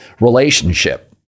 relationship